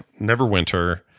neverwinter